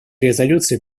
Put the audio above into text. резолюции